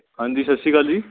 ਹਾਂਜੀ ਸਤਿ ਸ਼੍ਰੀ ਅਕਾਲ ਜੀ